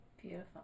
Beautiful